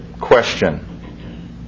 question